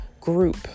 group